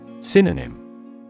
Synonym